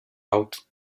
out